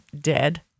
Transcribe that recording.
dead